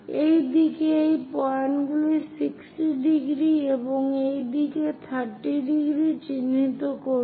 এই দিকে এই পয়েন্টগুলি 60 ডিগ্রী এবং এই দিকে 30 ডিগ্রী চিহ্নিত করুন